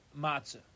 matzah